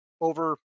over